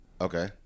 Okay